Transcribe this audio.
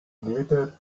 glittered